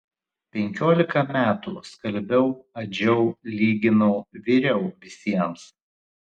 penkiolika metų skalbiau adžiau lyginau viriau visiems